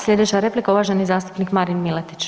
Sljedeća replika uvaženi zastupnik Marin Miletić.